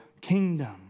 kingdom